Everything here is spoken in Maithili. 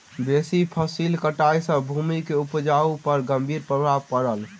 बेसी फसिल कटाई सॅ भूमि के उपजाऊपन पर गंभीर प्रभाव पड़ल